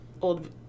old